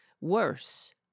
worse